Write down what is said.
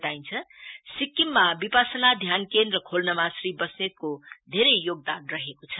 बताइन्छ सिक्किममा विपश्यता ध्यान केन्द्र खोल्नमा श्री वस्नेतको धेरै योगदान रहेको छ